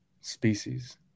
species